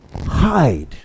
hide